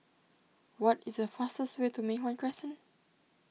what is the fastest way to Mei Hwan Crescent